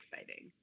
exciting